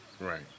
right